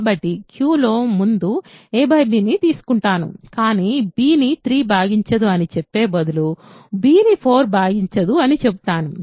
కాబట్టి నేను Q లో ముందు a b ని తీసుకుంటాను కానీ b ని 3 భాగించదు అని చెప్పే బదులు b ని 4 భాగించదు అని చెబుతాను